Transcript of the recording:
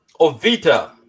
Ovita